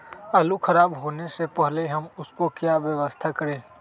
आलू खराब होने से पहले हम उसको क्या व्यवस्था करें?